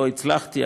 לא הצלחתי,